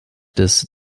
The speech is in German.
des